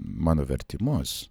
mano vertimus